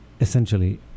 essentially